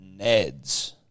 Neds